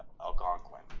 Algonquin